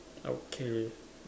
okay